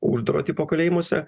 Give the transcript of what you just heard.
uždaro tipo kalėjimuose